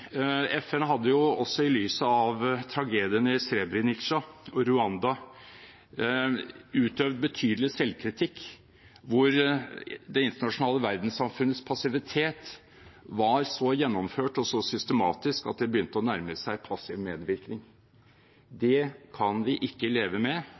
FN hadde også i lys av tragediene i Srebrenica og Rwanda utøvd betydelig selvkritikk, hvor det internasjonale verdenssamfunnets passivitet var så gjennomført og systematisk at det begynte å nærme seg passiv medvirkning. Det kan vi ikke leve med